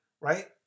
right